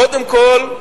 קודם כול,